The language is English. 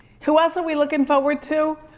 who else are we looking forward to?